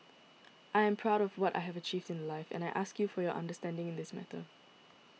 I am proud of what I have achieved in life and I ask you for your understanding in this matter